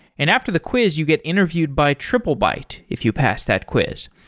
and after the quiz you get interviewed by triplebyte if you pass that quiz.